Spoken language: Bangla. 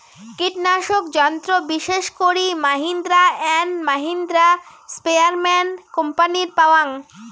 কীটনাশক যন্ত্র বিশেষ করি মাহিন্দ্রা অ্যান্ড মাহিন্দ্রা, স্প্রেয়ারম্যান কোম্পানির পাওয়াং